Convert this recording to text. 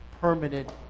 permanent